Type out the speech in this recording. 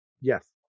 Yes